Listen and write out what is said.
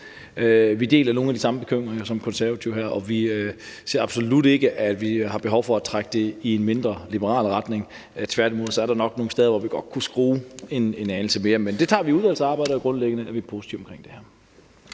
Vi deler nogle af de samme bekymringer, som Konservative gav udtryk for her. Vi ser absolut ikke, at vi har behov for at trække det i en mindre liberal retning. Tværtimod er der nok nogle steder, hvor vi godt kunne skrue en anelse mere på det, men det tager vi i udvalgsarbejdet. Grundlæggende er vi positive over for det her.